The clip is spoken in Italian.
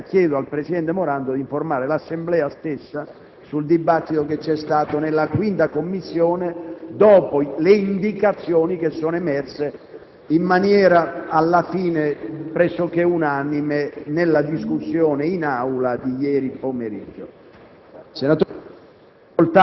annunciato all'Assemblea, chiedo al presidente Morando di informare l'Assemblea stessa sul dibattito che si è svolto presso la Commissione bilancio, dopo le indicazioni che sono emerse, in maniera alla fine pressoché unanime, nella discussione in Aula di ieri pomeriggio.